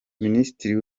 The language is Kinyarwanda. minisitiri